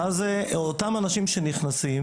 כשתופסים היום את אותם אנשים שנכנסים,